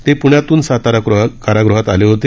ते प्ण्यातून सातारा कारागृहात आले होते